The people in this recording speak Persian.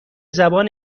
زبان